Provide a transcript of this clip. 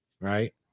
right